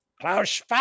Klaus